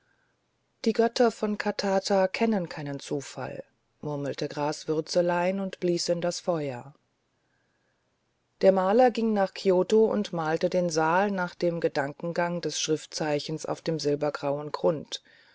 die götter von katata kennen keinen zufall murmelte graswürzelein und blies in das feuer der maler ging nach kioto und malte den saal nach dem gedankengang des schriftzeichens auf silbergrauen grund